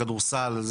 כדורסל,